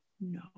No